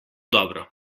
dobro